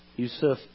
Yusuf